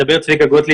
מדבר צביקה גוטליב,